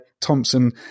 thompson